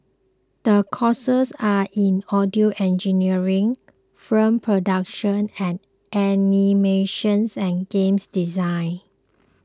the courses are in audio engineering from production and animations and games design